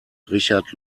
richard